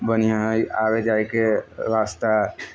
बढ़िआँ हइ आबै जाइके रस्ता